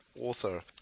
author